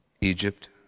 Egypt